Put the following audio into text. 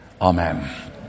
Amen